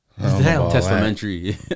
Testamentary